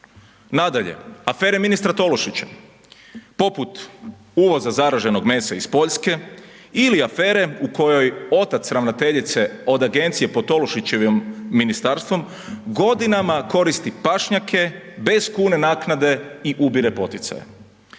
Nadalje, afere ministra Tolušića poput uvoza zaraženog mesa iz Poljske ili afere u kojoj otac ravnateljice od agencije pod Tolušićevim ministarstvom godinama koristi pašnjake bez kune naknade i ubire poticaje.